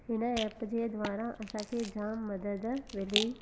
हिन एप जे द्वारा असांखे जाम मदद मिली